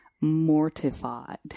mortified